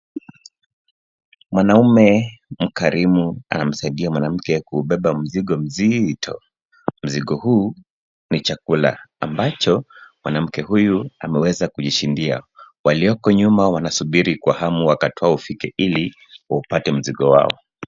Mwanaume mkarimu anamsaidia mwanamke kuubeba mizigo mzito. Mzigo huu ni chakula ambacho mwanamke huyu ameweza kujishindia. Walioko nyuma wanasubiri kwa hamu wakati wao ufike ili waupate mizigo wao.